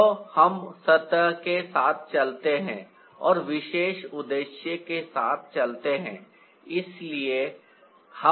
तो हम सतह के साथ चलते हैं और विशेष उद्देश्य के साथ चलते हैं